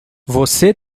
você